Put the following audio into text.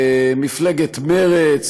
מפלגת מרצ,